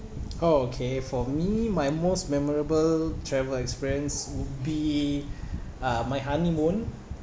oh okay for me my most memorable travel experience would be uh my honeymoon